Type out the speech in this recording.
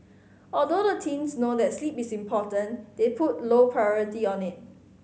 although the teens know that sleep is important they put low priority on it